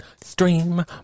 Stream